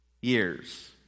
years